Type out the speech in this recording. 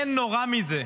אין נורא מזה.